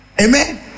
Amen